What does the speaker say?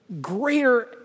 greater